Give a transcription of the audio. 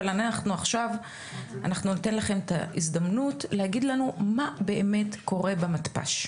אבל אנחנו עכשיו ניתן לכם את ההזדמנות מה באמת קורה במתפ"ש.